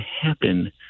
happen